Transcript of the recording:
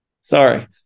Sorry